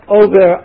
over